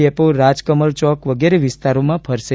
depot Rajkamal Chowk વગેરે વિસ્તારોમાં ફરશે